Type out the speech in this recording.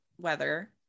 weather